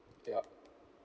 yup